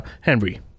Henry